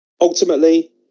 Ultimately